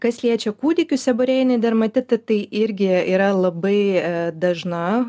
kas liečia kūdikių seborėjinį dermatitą tai irgi yra labai dažna